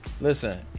Listen